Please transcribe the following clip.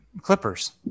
Clippers